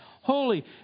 holy